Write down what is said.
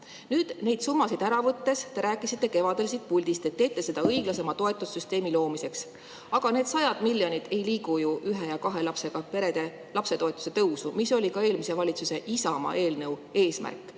väheneb. Neid summasid ära võttes te rääkisite kevadel siit puldist, et teete seda õiglasema toetussüsteemi loomiseks. Aga need sajad miljonid ei liigu ju ühe ja kahe lapsega perede lapsetoetuse tõusu, mis oli ka eelmises valitsuses Isamaa eelnõu eesmärk,